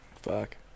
Fuck